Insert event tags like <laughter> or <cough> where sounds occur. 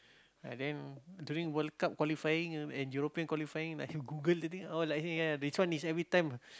and then during World-Cup qualifying and European qualifying let him Google the thing all like hey ya this one is every time <breath>